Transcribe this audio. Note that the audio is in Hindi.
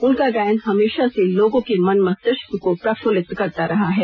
उनका गायन हमेशा से लोगों के मन मस्तिष्क को प्रफुल्लित करता रहा है